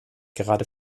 gerade